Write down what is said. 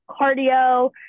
cardio